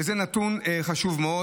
שזה נתון חשוב מאוד.